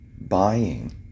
buying